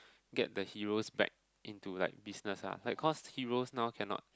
get the heros back into like business lah like cause heros now cannot